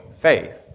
faith